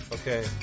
Okay